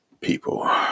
people